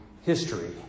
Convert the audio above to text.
history